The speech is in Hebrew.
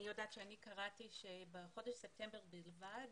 אני קראתי שבחודש ספטמבר בלבד